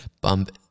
bump